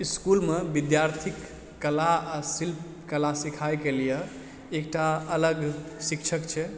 स्कूलमऽ विद्यार्थीकऽ कला आओर शिल्पकला सिखायकऽ लिअ एकटा अलग शिक्षक छै